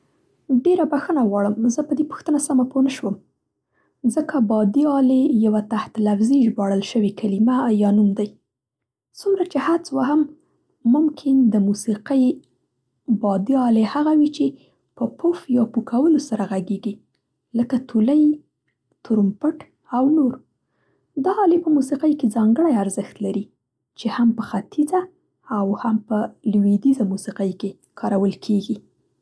ډېره بښنه غواړم زه په دې پوښتنه سمه پوهه نه شوم؛ ځکه بادي آلې یوه تحت الفظي ژباړل شوې کلمه یا نوم دی. څومره چې حدس وهم ممکن د موسیقۍ بادي آلې هغه وي چې په پف یا پو کولو سره غږېږي، لکه تولۍ، ترومپټ او نور. دا آلې په موسیقۍ کې ځانګړی ارزښت لري چې هم په ختیځه او هم په لوېدیځه موسیقۍ کې کارول کېږي.